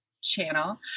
channel